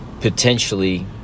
potentially